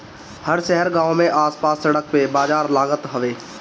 हर शहर गांव में आस पास सड़क पे बाजार लागत हवे